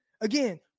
Again